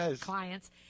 clients